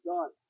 Done